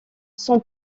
son